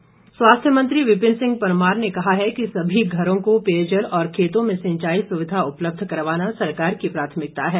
परमार स्वास्थ्य मंत्री विपिन सिंह परमार ने कहा है कि सभी घरों को पेयजल और खेतों में सिंचाई सुविधा उपलब्ध करवाना सरकार की प्राथमिकता है